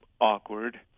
awkward